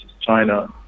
China